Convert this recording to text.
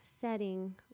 setting